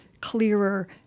clearer